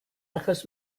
achos